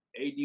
AD